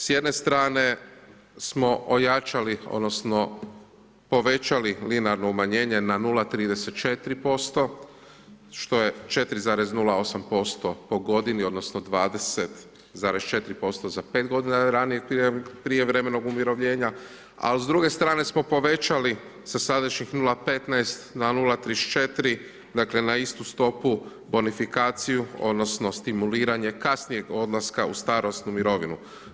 S jedne strane smo ojačali, odnosno, povećali liberalno umanjenje na 0,34% što je 4,08% po godini, odnosno 20,4% za 5 g. ranijeg prijevremenog umirovljenja, a s druge smo povećali sa sadašnjih 0,15 na 0,34 dakle, na istu stopu bonifikaciju, odnosno, stimuliranje kasnijeg odlaska u starosnu mirovinu.